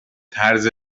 طرز